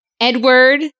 Edward